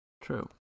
True